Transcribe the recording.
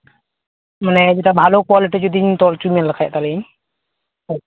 ᱢᱟᱱᱮ ᱵᱷᱟᱞᱚ ᱠᱳᱣᱟᱞᱤᱴᱤ ᱡᱩᱫᱤ ᱛᱚᱞ ᱦᱚᱪᱚᱢᱮ ᱞᱮᱠᱷᱟᱡ ᱛᱟᱦᱚᱞᱮ ᱤᱧ